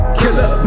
killer